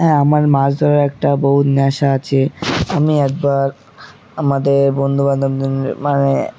হ্যাঁ আমার মাছ ধরার একটা বহুত নেশা আছে আমি একবার আমাদের বন্ধুবান্ধবদের মানে